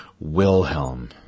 Wilhelm